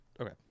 Okay